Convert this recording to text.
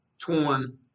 torn